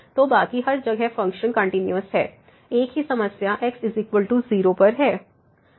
तो बाकी हर जगह फ़ंक्शन कंटिन्यूस है एक ही समस्या x0 पर है